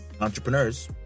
entrepreneurs